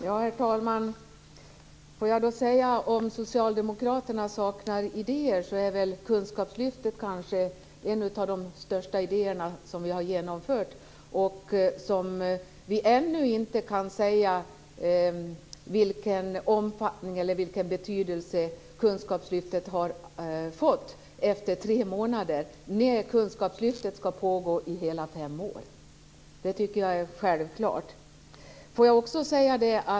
Herr talman! Om Socialdemokraterna saknar idéer, så är väl kunskapslyftet kanske en av de största idéer som vi har genomfört. Vi kan inte efter tre månader säga vilken omfattning eller betydelse som kunskapslyftet har fått eftersom kunskapslyftet skall pågå i hela fem år. Det tycker jag är självklart.